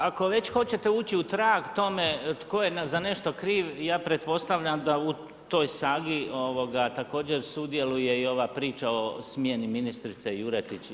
Pa ako već hoćete ući u trag tome tko je za nešto kriv, ja pretpostavljam da u toj sagi također sudjeluje i ova priča o smjeni ministrice Juretić.